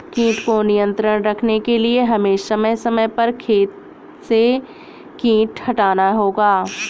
कीट को नियंत्रण रखने के लिए हमें समय समय पर खेत से कीट हटाना होगा